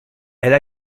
elle